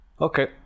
Okay